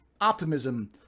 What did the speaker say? optimism